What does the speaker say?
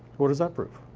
what does that prove?